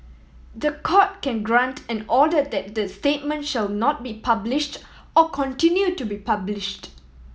the Court can grant an order that the statement shall not be published or continue to be published